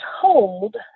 told